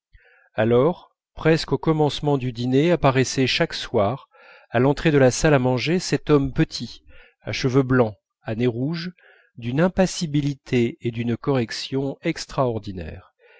alors presque au commencement du dîner apparaissait chaque soir à l'entrée de la salle à manger cet homme petit à cheveux blancs à nez rouge d'une impassibilité et d'une correction extraordinaires